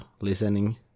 listening